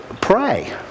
Pray